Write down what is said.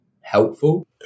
helpful